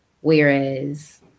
whereas